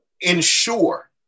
ensure